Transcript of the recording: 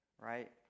right